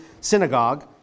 synagogue